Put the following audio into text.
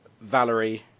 Valerie